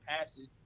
passes